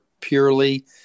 purely